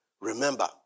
remember